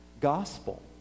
gospel